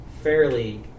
fairly